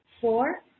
four